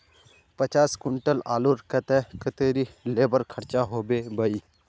पचास कुंटल आलूर केते कतेरी लेबर खर्चा होबे बई?